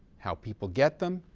how people get them,